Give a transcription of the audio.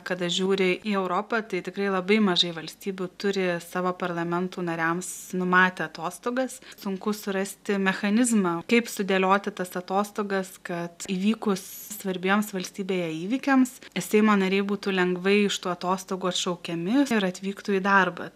kada žiūri į europą tai tikrai labai mažai valstybių turi savo parlamentų nariams numatę atostogas sunku surasti mechanizmą kaip sudėlioti tas atostogas kad įvykus svarbiems valstybėje įvykiams seimo nariai būtų lengvai iš tų atostogų atšaukiami ir atvyktų į darbą